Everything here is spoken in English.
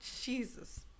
Jesus